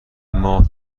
ماه